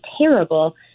terrible